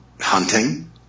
hunting